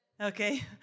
okay